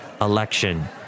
Election